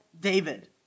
David